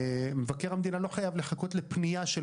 מבקר המדינה לא חייב לחכות לפנייה של